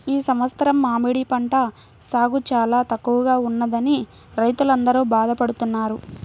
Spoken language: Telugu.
ఈ సంవత్సరం మామిడి పంట సాగు చాలా తక్కువగా ఉన్నదని రైతులందరూ బాధ పడుతున్నారు